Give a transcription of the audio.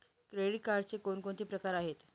Credit कार्डचे कोणकोणते प्रकार आहेत?